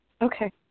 Okay